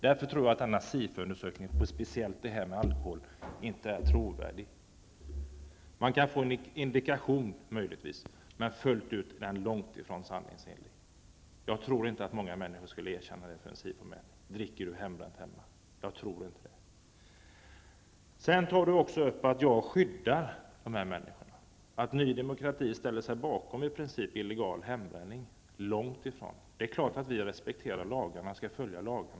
Därför tror jag också att denna SIFO-undersökning, speciellt beträffande alkohol, inte är trovärdig. Man kan möjligtvis få en indikation, men undersökningen är långt ifrån sanningsenlig. Jag tror inte att många människor vid en SIFO-mätning skulle erkänna att de dricker hembränt hemma. Sedan sade Karin Israelsson också att jag vill skydda de där människorna och att Ny Demokrati i princip ställer sig bakom illegal hembränning. Långt ifrån detta! Det är klart att vi respekterar lagarna. Dessa skall följas.